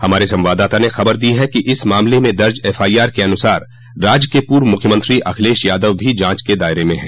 हमारे संवाददाता ने खबर दी है कि इस मामल में दर्ज एफआई आर के अनुसार राज्य के पूर्व मुख्यमंत्री अखिलेश यादव जाँच के दायरे में हैं